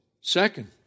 Second